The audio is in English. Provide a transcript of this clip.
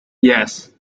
yes